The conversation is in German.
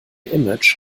image